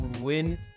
win